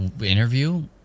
interview